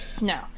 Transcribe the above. No